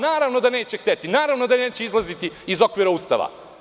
Naravno da neće hteti, naravno da neće izlaziti iz okvira Ustava.